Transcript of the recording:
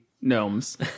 gnomes